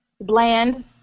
bland